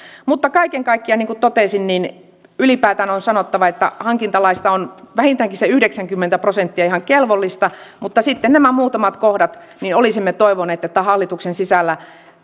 kaiken kaikkiaan niin kuin totesin ylipäätään on sanottava että hankintalaista on vähintäänkin se yhdeksänkymmentä prosenttia ihan kelvollista mutta sitten näiden muutaman kohdan osalta olisimme toivoneet että hallituksen sisällä